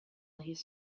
his